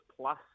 plus